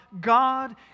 God